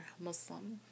Muslim